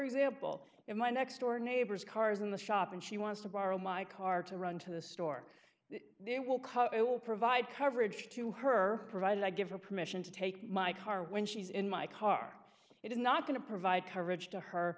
example if my next door neighbor's car is in the shop and she wants to borrow my car to run to the store they will cut it will provide coverage to her provided i give her permission to take my car when she's in my car it is not going to provide coverage to her